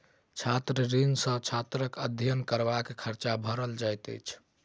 छात्र ऋण सॅ छात्रक अध्ययन करबाक खर्च भरल जाइत अछि